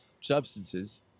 substances